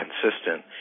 consistent